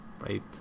right